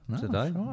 today